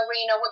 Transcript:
arena